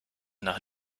nach